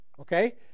Okay